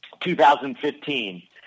2015